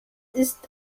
ist